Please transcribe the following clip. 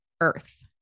Earth